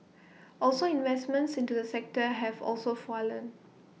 also investments into the sector have also fallen